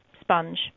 sponge